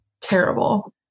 terrible